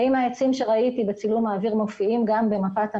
האם העצים שראיתי בצילום האוויר מופיעים גם במפת המדידה,